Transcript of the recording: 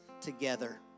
together